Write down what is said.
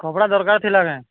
କପଡ଼ା ଦରକାର ଥିଲା କେଁ